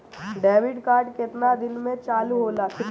Debit card केतना दिन में चालु होला?